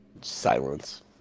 Silence